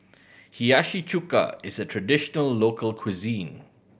Hiyashi Chuka is a traditional local cuisine